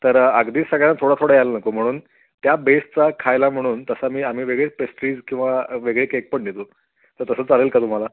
तर अगदीच सगळ्या थोडं थोडं यायला नको म्हणून त्या बेसचा खायला म्हणून तसा मी आम्ही वेगळे पेस्ट्रीज किंवा वेगळे केक पण देतो तर तसं चालेल का तुम्हाला